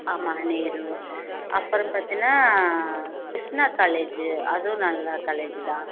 ஆமாம் நேரு அப்புறம் பார்த்தினா கிருஷ்ணா காலேஜி அதுவும் நல்ல காலேஜ் தான்